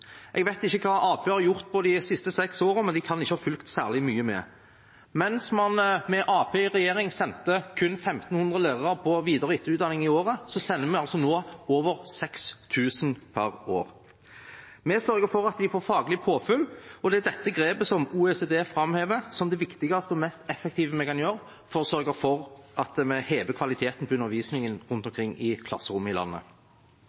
Jeg vet ikke hva Arbeiderpartiet har gjort de siste seks årene, men de kan ikke ha fulgt særlig mye med. Mens man med Arbeiderpartiet i regjering sendte kun 1 500 lærere på videre- og etterutdanning i året, sender vi altså nå over 6 000 lærere per år. Vi sørger for at de får faglig påfyll, og det er dette grepet OECD framhever som det viktigste og mest effektive vi kan gjøre for å sørge for at vi hever kvaliteten på undervisningen i klasserom rundt omkring i landet.